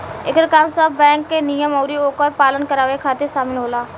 एकर काम सब बैंक के नियम अउरी ओकर पालन करावे खातिर शामिल होला